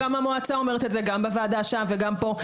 וגם המועצה אומרת את זה בוועדה שם וגם פה.